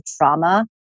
trauma